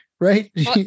right